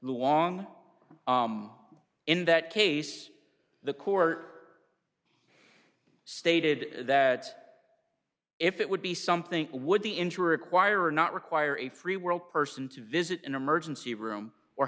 long in that case the court stated that if it would be something would the injury require not require a free world person to visit an emergency room or